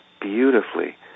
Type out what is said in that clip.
beautifully